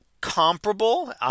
comparable